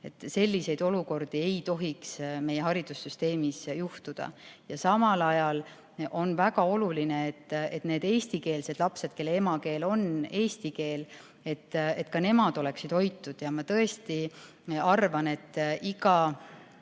Selliseid olukordi ei tohiks meie haridussüsteemis olla. Samal ajal on väga oluline, et ka need eestikeelsed lapsed, kelle emakeel on eesti keel, oleksid hoitud. Ma tõesti arvan, et vene